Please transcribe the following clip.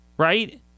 Right